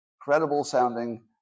credible-sounding